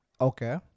okay